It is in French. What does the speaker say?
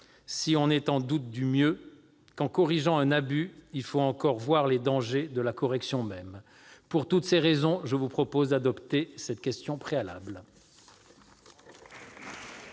si on est en doute du mieux ; qu'en corrigeant un abus, il faut encore voir les dangers de la correction même ». Pour toutes ces raisons, je vous propose d'adopter cette motion tendant